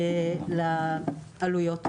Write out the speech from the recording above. לעלויות האלה.